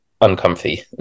uncomfy